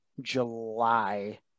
July